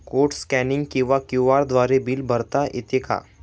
Code scanning किंवा QR द्वारे bill भरता येते का?